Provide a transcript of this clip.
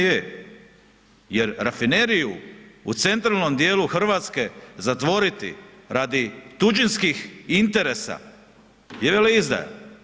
Jer rafineriju u centralnom dijelu Hrvatske zatvoriti radi tuđinskih interesa je veleizdaja.